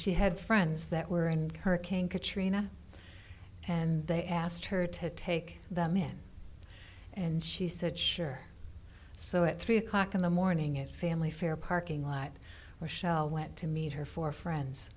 she had friends that were in hurricane katrina and they asked her to take them in and she said sure so at three o'clock in the morning at family fair parking lot where shell went to meet her four friends